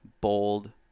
bold